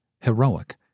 heroic